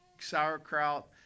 sauerkraut